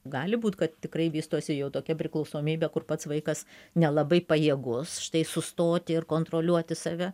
gali būt kad tikrai vystosi jau tokia priklausomybė kur pats vaikas nelabai pajėgus štai sustoti ir kontroliuoti save